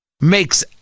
makes